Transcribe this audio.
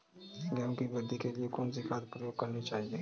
गेहूँ की वृद्धि के लिए कौनसी खाद प्रयोग करनी चाहिए?